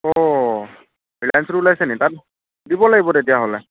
ও ৰিলায়েঞ্চতো ওলাইছে নেকি তাত দিব লাগিব তেতিয়াহ'লে